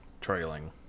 trailing